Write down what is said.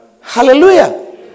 Hallelujah